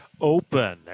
open